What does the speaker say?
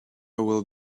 will